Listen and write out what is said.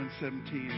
17